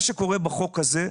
מה שקורה בחוק הזה,